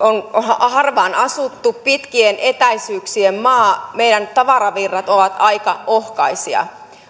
on harvaan asuttu pitkien etäisyyksien maa meidän tavaravirrat ovat aika ohkaisia